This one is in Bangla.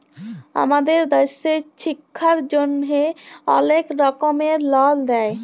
আমাদের দ্যাশে ছিক্ষার জ্যনহে অলেক রকমের লল দেয়